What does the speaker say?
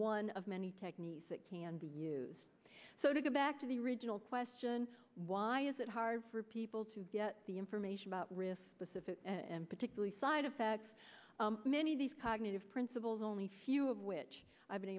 one of many techniques that can be used so to go back to the original question why is it hard for people to get the information about risk specific and particularly side effects many of these cognitive principles only few of which i've been